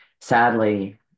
Sadly